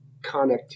connectivity